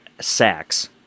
sacks